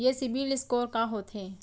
ये CIBIL score का होथे?